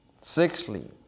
Sixthly